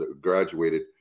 graduated